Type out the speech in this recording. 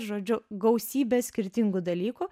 žodžiu gausybę skirtingų dalykų